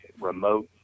remote